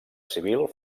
civil